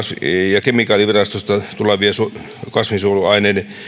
ja kemikaalivirastosta tulevia kasvinsuojeluaineiden